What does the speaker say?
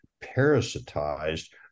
parasitized